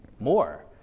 more